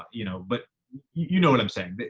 you know, but you know what i'm saying? but